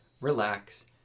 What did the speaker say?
relax